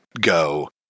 go